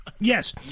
yes